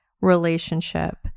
relationship